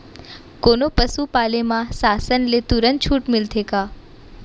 कोनो पसु पाले म शासन ले तुरंत छूट मिलथे का?